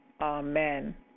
Amen